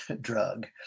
drug